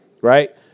right